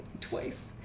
twice